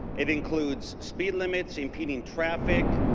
it includes speed limits impeding traffic.